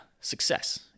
success